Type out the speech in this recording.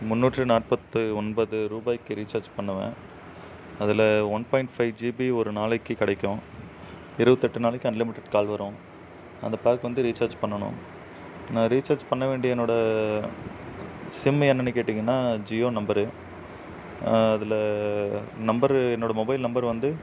முந்நூற்று நாற்பத்து ஒன்பது ரூபாய்க்கு ரீசார்ஜ் பண்ணுவேன் அதில் ஒன் பாயிண்ட் ஃபைவ் ஜிபி ஒரு நாளைக்கு கிடைக்கும் இருபத்தெட்டு நாளைக்கு அன்லிமிடட் கால் வரும் அந்த பேக் வந்து ரீசார்ஜ் பண்ணணும் நான் ரீசார்ஜ் பண்ண வேண்டிய என்னோடய சிம்மு என்னன்னு கேட்டிங்கன்னா ஜியோ நம்பரு அதில் நம்பரு என்னோடய மொபைல் நம்பர் வந்து